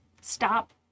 Stop